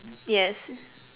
yes